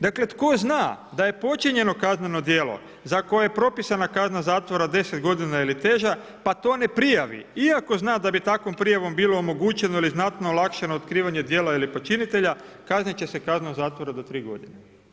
Dakle „Tko zna da je počinjeno kazneno djelo za koje je propisana kazna zatvora 10 godina ili teža pa to ne prijavi, iako zna da bi takvom prijavom bilo omogućeno ili znatno olakšano otkrivanje djela ili počinitelja kaznit će se kaznom zatvora do 3 godine“